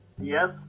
Yes